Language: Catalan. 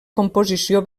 composició